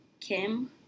Kim